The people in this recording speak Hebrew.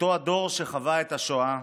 אותו הדור שחווה את השואה,